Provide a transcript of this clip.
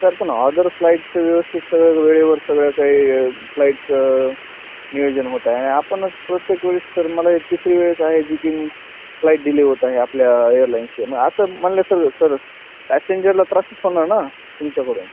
sir पण other फ्लाईटचं व्यवस्थित सगळं वेळेवर सगळं काही फ्लाईटचं नियोजन होत आहे आणि आपणच प्रत्येकवेळेस सर मला ही तिसरीवेळेस आहे जी की फ्लाईट डिले होत आहे आपल्या एअरलाईन्सचे मग असं म्हटलं सर सर पॅसेंजरला त्रासच होणार ना तुमच्याकडून